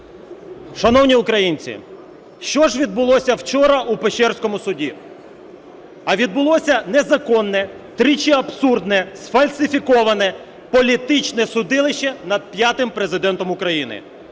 Шановні українці! Що ж відбулося вчора у Печерському суді? А відбулося незаконне тричі абсурдне сфальсифіковане політичне судилище над п'ятим Президентом України.